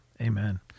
amen